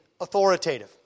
authoritative